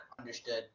understood